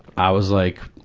i was like,